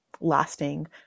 lasting